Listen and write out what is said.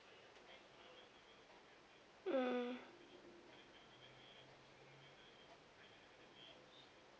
mm